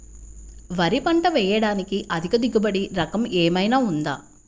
వరి పంట వేయటానికి అధిక దిగుబడి రకం ఏమయినా ఉందా?